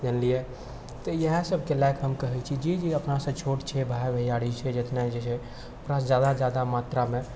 जानलिए तऽ इएह सबके लऽ कऽ हम कहै छी जे जे अपनासँ छोट छोट छै भाइ भैआरी छै जतना जे छै ओकरासँ जादासँ जादा मात्रामे